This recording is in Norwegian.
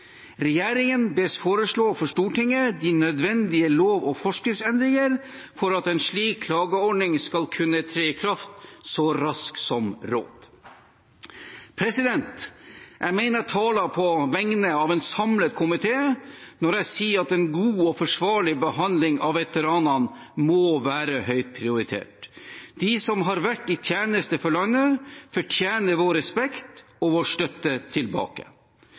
Regjeringen bes foreslå for Stortinget de nødvendige lov- og forskriftsendringer for at en slik klageordning skal kunne tre i kraft så raskt som råd.» Jeg mener jeg taler på vegne av en samlet komité når jeg sier at en god og forsvarlig behandling av veteranene må være høyt prioritert. De som har vært i tjeneste for landet, fortjener vår respekt og vår støtte tilbake.